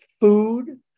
food